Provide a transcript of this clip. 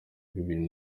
bibiri